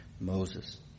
Moses